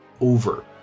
over